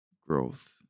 growth